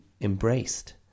embraced